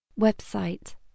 Website